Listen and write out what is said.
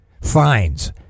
fines